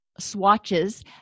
swatches